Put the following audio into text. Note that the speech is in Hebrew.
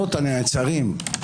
הנעצרים.